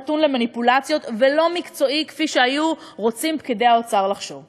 נתון למניפולציות ולא מקצועי כפי שפקידי האוצר היו רוצים לחשוב.